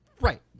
Right